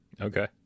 Okay